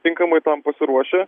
tinkamai tam pasiruošę